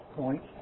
point